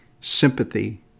sympathy